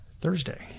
Thursday